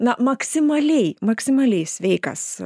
na maksimaliai maksimaliai sveikas